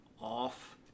off